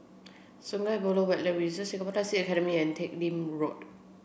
Sungei Buloh Wetland Reserve Singapore Taxi Academy and Teck Lim Road